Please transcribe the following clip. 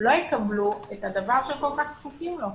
לא יקבלו את הדבר שהם כל כך זקוקים לו,